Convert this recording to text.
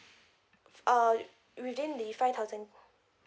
uh within the five thousand